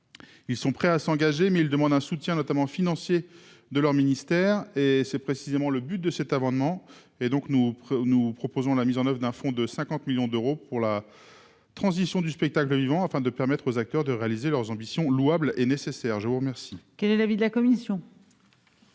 Ils sont prêts à s'engager mais il demande un soutien, notamment financier de leur ministère et c'est précisément le but de cet amendement et donc nous, nous proposons la mise en oeuvre d'un fonds de 50 millions d'euros pour la transition du spectacle vivant, afin de permettre aux acteurs de réaliser leurs ambitions louables et nécessaires, je vous remercie.